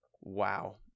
wow